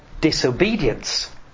disobedience